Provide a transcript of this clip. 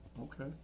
Okay